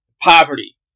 poverty